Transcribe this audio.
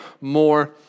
more